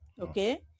Okay